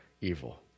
evil